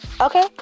Okay